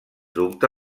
dubte